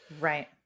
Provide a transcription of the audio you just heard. Right